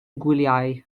gwyliau